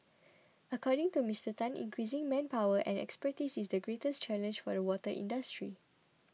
according to Mister Tan increasing manpower and expertise is the greatest challenge for the water industry